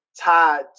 tied